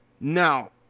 Now